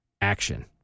action